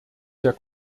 der